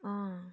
अँ